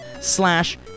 slash